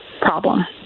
problem